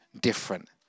different